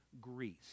Greece